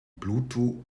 pluto